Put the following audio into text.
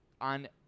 on